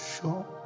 sure